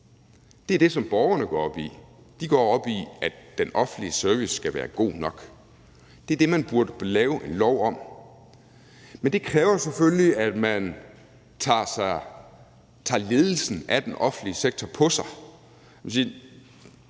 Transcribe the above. Det er det, som borgerne går op i; de går op i, at den offentlige service skal være god nok. Det er det, man burde lave en lov om, men det kræver selvfølgelig, at man tager ledelsen af den offentlige sektor på sig